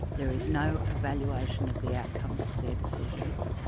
there is no evaluation of the outcomes of their decisions,